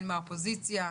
המגישים הם: